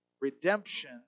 Redemption